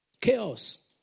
Chaos